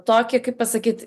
tokį kaip pasakyt